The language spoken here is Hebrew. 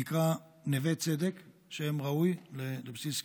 שנקרא נווה צדק, שם ראוי לבסיס כליאה,